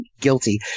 guilty